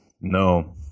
No